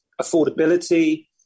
affordability